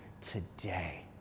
today